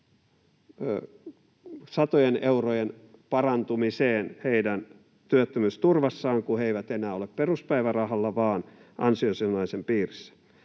satojen eurojen parantumiseen heidän työttömyysturvassaan, kun he eivät enää ole peruspäivärahalla vaan ansiosidonnaisen piirissä